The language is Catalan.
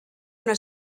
una